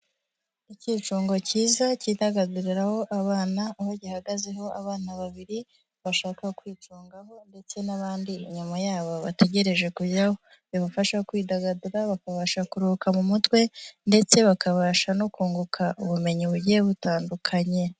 Ikicungo cyiza kidagaduriraho abana, aho gihagazeho abana babiri bashaka kwicungaho ndetse n'abandi inyuma yabo bategereje kujyaho, bibafasha kwidagadura, bakabasha kuruhuka mu mutwe ndetse bakabasha no kunguka ubumenyi bugiye butandukanye.